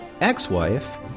ex-wife